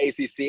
ACC